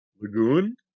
Lagoon